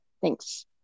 thanks